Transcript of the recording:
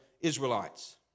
Israelites